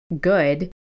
good